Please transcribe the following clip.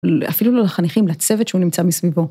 אפילו לחניכים, לצוות שהוא נמצא מסביבו.